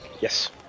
Yes